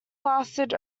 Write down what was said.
lasted